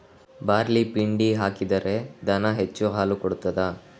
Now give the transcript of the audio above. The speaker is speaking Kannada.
ಬಾರ್ಲಿ ಪಿಂಡಿ ಹಾಕಿದ್ರೆ ದನ ಹೆಚ್ಚು ಹಾಲು ಕೊಡ್ತಾದ?